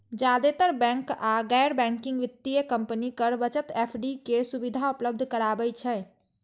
जादेतर बैंक आ गैर बैंकिंग वित्तीय कंपनी कर बचत एफ.डी के सुविधा उपलब्ध कराबै छै